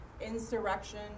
insurrection